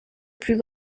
plus